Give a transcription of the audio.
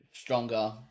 stronger